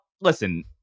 listen